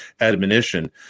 admonition